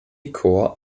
korps